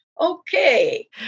Okay